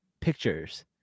pictures